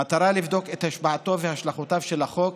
במטרה לבדוק את השפעתו והשלכותיו של החוק